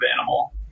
animal